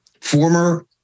former